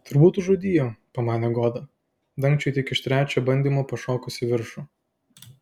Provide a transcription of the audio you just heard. turbūt užrūdijo pamanė goda dangčiui tik iš trečio bandymo pašokus į viršų